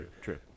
true